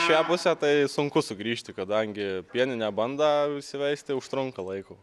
šią pusę tai sunku sugrįžti kadangi pieninę bandą įsiveisti užtrunka laiko